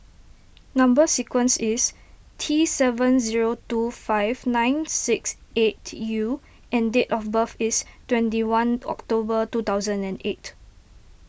Number Sequence is T seven zero two five nine six eight U and date of birth is twenty one October two thousand and eight